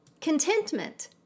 contentment